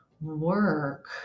work